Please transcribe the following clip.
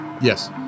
Yes